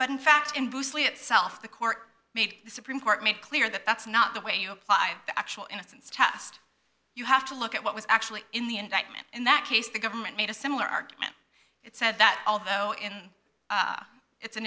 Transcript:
but in fact in bruce lee itself the court made the supreme court made clear that that's not the way you applied the actual innocence test you have to look at what was actually in the indictment in that case the government made a similar argument it said that although in